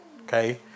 Okay